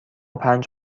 پنج